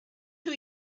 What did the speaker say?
two